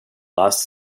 last